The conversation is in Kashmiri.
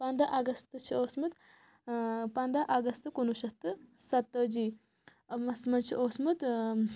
پَنٛداہ اَگست چھُ اوسمُت پَنٛداہ اَگست کُنوُہ شیٚتھ تہٕ ستٲجی ہس منٛز چھُ اوسمُت